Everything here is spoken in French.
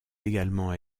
également